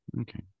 Okay